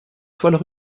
toiles